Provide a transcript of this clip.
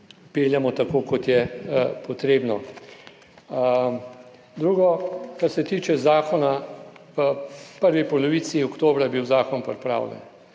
peljemo tako, kot je potrebno. Drugo. Kar se tiče zakona. V prvi polovici oktobra je bil zakon pripravljen,